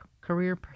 career